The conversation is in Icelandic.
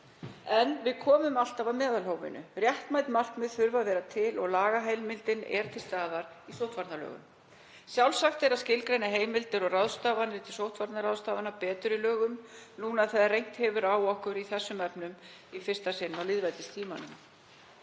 Við komum alltaf að meðalhófinu. Réttmæt markmið þurfa að vera til og lagaheimildin er til staðar í sóttvarnalögum. Sjálfsagt er að skilgreina heimildir til sóttvarnaráðstafana betur í lögum núna þegar reynt hefur á okkur í þessum efnum í fyrsta sinn á lýðveldistímanum.